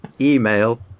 Email